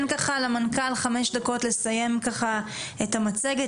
למנכ"ל חמש דקות לסיים את המצגת,